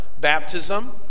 baptism